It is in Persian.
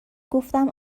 گفتم